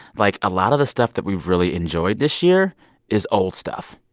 like, a lot of the stuff that we've really enjoyed this year is old stuff.